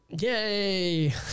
Yay